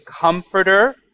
comforter